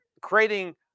creating